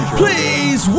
please